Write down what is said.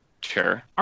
sure